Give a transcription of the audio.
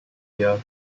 year